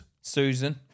Susan